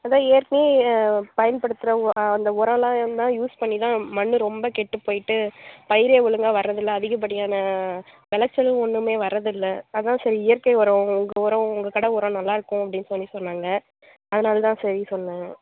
அதான் ஏற்கனே பயன்படுத்தின உரம் அந்த உரம் எல்லாம் எல்லாம் யூஸ் பண்ணிதான் மண்ணு ரொம்ப கெட்டு போயிட்டு பயிரே ஒழுங்கா வர்றதில்லை அதிகப்படியான விளைச்சலும் ஒன்றுமே வர்றதில்லை அதான் சரி இயற்கை உரம் உங்கள் உரம் உங்கள் கடை உரம் நல்லாருக்கும் அப்படின் சொல்லி சொன்னாங்க அதனால தான் சரின்னு சொன்னாங்க